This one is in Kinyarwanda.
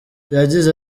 yagize